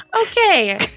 okay